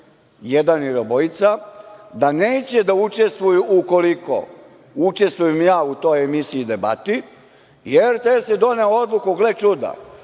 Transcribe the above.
jedan ili obojica, da neće da učestvuju ukoliko učestvujem ja u toj emisiji i debati i RTS je doneo odluku, gle čuda,